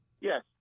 Yes